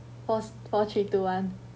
pause four three two one